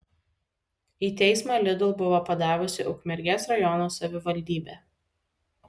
į teismą lidl buvo padavusi ukmergės rajono savivaldybė